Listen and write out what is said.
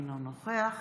אינו נוכח